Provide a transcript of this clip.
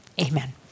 Amen